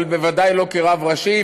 אבל בוודאי לא כרב ראשי,